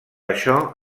això